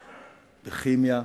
בכימיה,